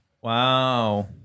Wow